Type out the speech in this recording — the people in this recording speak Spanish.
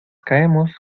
caemos